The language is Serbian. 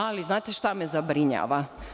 Ali, znate šta me zabrinjava?